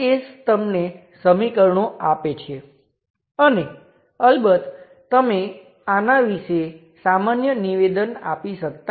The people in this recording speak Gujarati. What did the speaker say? ચાલો જોઈએ કે તે સબસ્ટીટ્યુશન શું હોવું જોઈએ આ પણ સબસ્ટીટ્યુશન થિયર્મ છે પરંતુ આપણે તેને બેક સબસ્ટીટ્યુશન થિયર્મ કહી શકીએ